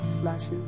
flashes